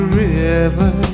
river